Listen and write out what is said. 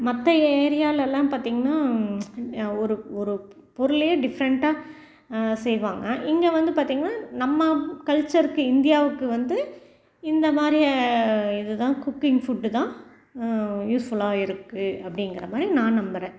மற்ற ஏரியாலெல்லாம் பார்த்திங்கன்னா ஒரு ஒரு பொருளையே டிஃப்ரெண்டாக செய்வாங்க இங்கே வந்து பார்த்திங்கன்னா நம்ம கல்ச்சருக்கு இந்தியாவுக்கு வந்து இந்த மாதிரி இதுதான் குக்கிங் ஃபுட்டு தான் யூஸ்ஃபுல்லாக இருக்குது அப்படிங்கிற மாதிரி நான் நம்புகிறேன்